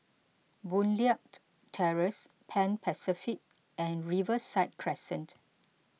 Boon Leat Terrace Pan Pacific and Riverside Crescent